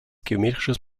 geometrisches